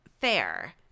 Fair